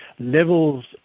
Levels